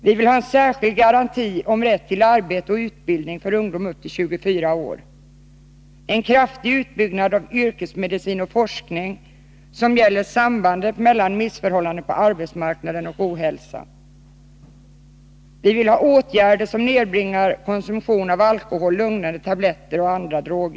Vi vill ha en särskild garanti beträffande rätt till arbete eller utbildning för alla ungdomar upp till 24 års ålder. Vi vill ha en kraftig utbyggnad av yrkesmedicin och forskning som gäller sambandet mellan missförhållanden på arbetsmarknaden och ohälsa. Vi kräver åtgärder som nedbringar konsumtionen av alkohol, lugnande tabletter och andra droger.